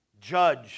judge